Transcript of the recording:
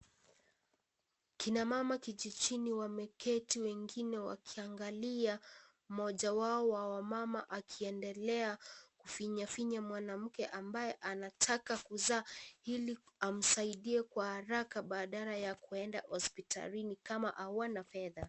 Kina mama kijijini wameketi wengine wakiangalia mmoja wa mama akiendelea kufinya finya mwanamke ambaye anataka kuzaa ili amsaidie kwa haraka badala ya kuenda hospitalini kama hawana fedha.